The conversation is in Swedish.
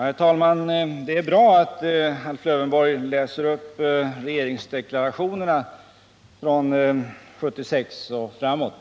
Herr talman! Det är bra att Alf Lövenborg läser upp ur regeringsdeklarationerna från 1976 och framåt.